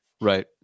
Right